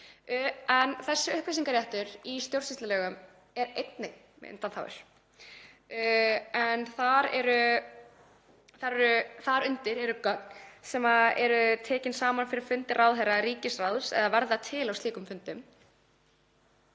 Upplýsingaréttur í stjórnsýslulögum er einnig með undanþágur en þar undir eru gögn sem eru tekin saman fyrir fundi ráðherra, ríkisráðs eða verða til á slíkum fundum.